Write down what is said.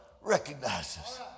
recognizes